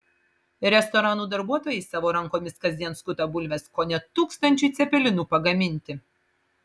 restoranų darbuotojai savo rankomis kasdien skuta bulves kone tūkstančiui cepelinų pagaminti